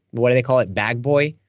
what do they call it, bag boy,